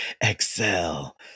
Excel